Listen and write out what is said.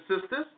sisters